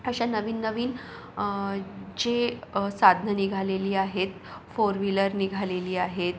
अशा नवीन नवीन जे साधनं निघालेली आहेत फोर व्हीलर निघालेली आहेत